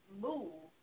move